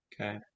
Okay